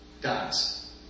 dies